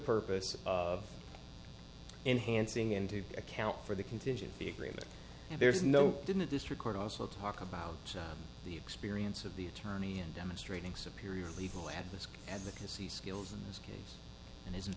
purposes of enhancing into account for the contingency agreement and there's no didn't this record also talk about the experience of the attorney and demonstrating superior legal advice advocacy skills in this case and isn't